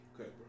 Okay